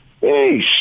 Hey